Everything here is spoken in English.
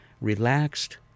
relaxed